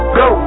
go